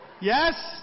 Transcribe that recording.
Yes